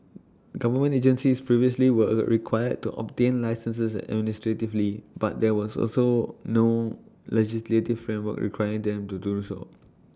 government agencies previously were required to obtain licences administratively but there was also no legislative different work requiring them to do so